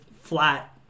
flat